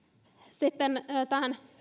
sitten tähän